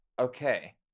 Okay